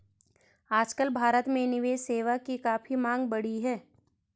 आजकल भारत में निवेश सेवा की काफी मांग बढ़ी है